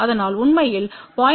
அதனால் உண்மையில் 0